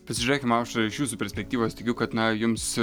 pasižiūrėkim aušra iš jūsų perspektyvos tikiu kad na jums